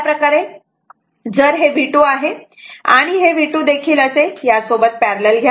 दुसऱ्या प्रकारे जर हे V2 आहे आणि हे V2 देखील असे यासोबत पॅरलल घ्या